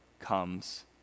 comes